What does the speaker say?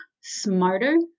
smarter